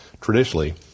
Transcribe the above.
traditionally